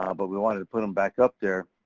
um but we wanted to put em back up there.